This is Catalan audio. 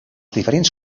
diferents